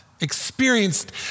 Experienced